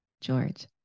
George